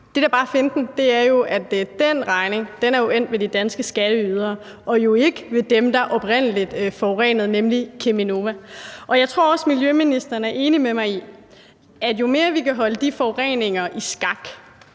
Det, der bare er finten, er, at den regning jo er endt hos de danske skatteydere og ikke hos dem, der oprindelig forurenede, nemlig Cheminova. Jeg tror også, at miljøministeren er enig med mig i, at jo mere vi kan holde de forureninger i skak,